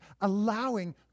allowing